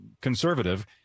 conservative